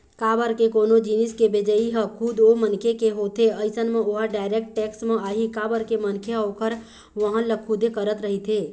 काबर के कोनो जिनिस के भेजई ह खुद ओ मनखे के होथे अइसन म ओहा डायरेक्ट टेक्स म आही काबर के मनखे ह ओखर वहन ल खुदे करत रहिथे